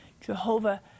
Jehovah